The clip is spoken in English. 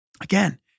Again